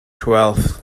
twelfth